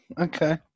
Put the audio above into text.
okay